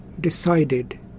decided